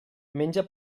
menja